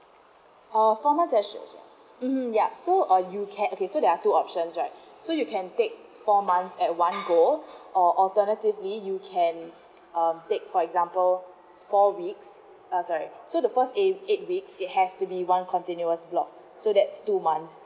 uh four months for sure mmhmm ya so uh you can okay so there are two options right so you can take four months at one go or alternatively you can um take for example four weeks uh sorry so the first eig~ eight weeks it has to be one continuous block so that's two months